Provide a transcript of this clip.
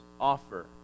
offer